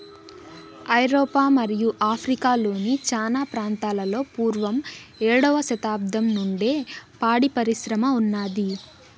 ఐరోపా మరియు ఆఫ్రికా లోని చానా ప్రాంతాలలో పూర్వం ఏడవ శతాబ్దం నుండే పాడి పరిశ్రమ ఉన్నాది